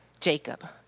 Jacob